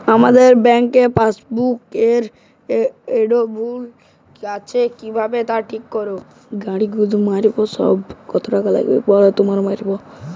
আমার bank passbook এর এড্রেসটি ভুল আছে কিভাবে তা ঠিক করবো?